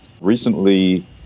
Recently